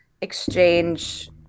exchange